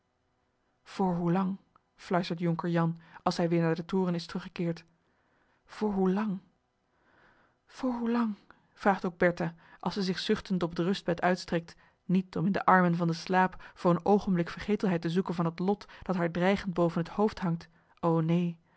voor hoelang fluistert jonker jan als hij weer naar den toren is teruggekeerd voor hoelang voor hoelang vraagt ook bertha als zij zich zuchtend op het rustbed uitstrekt niet om in de armen van den slaap voor een oogenblik vergetelheid te zoeken van het lof dat haar dreigend boven het hoofd hangt o heen